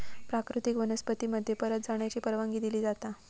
प्राकृतिक वनस्पती मध्ये परत जाण्याची परवानगी दिली जाता